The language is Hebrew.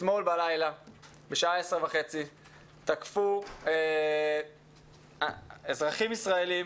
אתמול בלילה בשעה 22:30 תקפו אזרחים ישראלים